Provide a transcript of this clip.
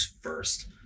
first